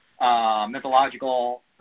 mythological